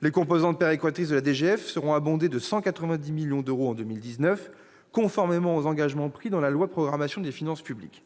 Les composantes péréquatrices de la DGF seront abondées de 190 millions d'euros en 2019, conformément aux engagements pris dans la loi de programmation des finances publiques.